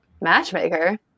Matchmaker